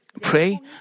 pray